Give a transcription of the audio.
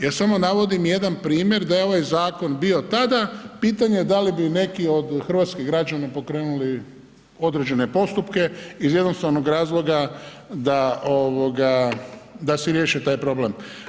Ja samo navodim jedan primjer da je ovaj zakon bio tada pitanje da li bi neki od hrvatskih građana pokrenuli određene postupke iz jednostavnog razloga da si riješe taj problem.